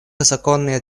законные